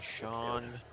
Sean